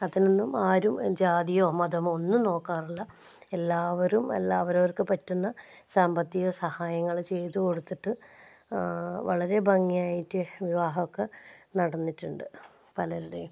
അതിനൊന്നും ആരും ജാതിയോ മതമോ ഒന്നും നോക്കാറില്ല എല്ലാവരും എല്ലാ അവരവർക്കു പറ്റുന്ന സാമ്പത്തിക സഹായങ്ങൾ ചെയ്തു കൊടുത്തിട്ട് വളരെ ഭംഗിയായിട്ട് വിവാഹം ഒക്കെ നടന്നിട്ടുണ്ട് പലരുടെയും